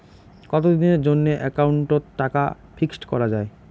কতদিনের জন্যে একাউন্ট ওত টাকা ফিক্সড করা যায়?